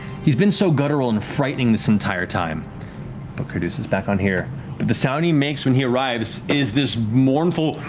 he's been so guttural and frightening this entire time. put caduceus back on here. but the sound he makes when he arrives is this mournful,